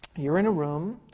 you're in a room,